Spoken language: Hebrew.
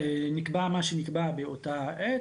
נקבע מה שנקבע באותה העת.